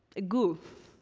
a goo,